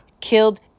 killed